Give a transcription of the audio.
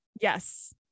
Yes